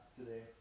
today